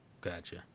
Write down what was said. Gotcha